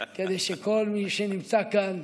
ללא שפם, כדי שכל מי שנמצא כאן